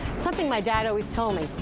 something my dad always told me,